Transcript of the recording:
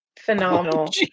phenomenal